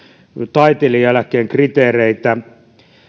taiteilijaeläkkeen kriteereitä